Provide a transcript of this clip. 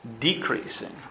decreasing